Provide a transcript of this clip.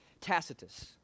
Tacitus